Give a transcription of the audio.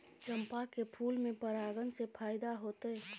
चंपा के फूल में परागण से फायदा होतय?